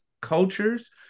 cultures